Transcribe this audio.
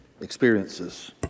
experiences